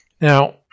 Now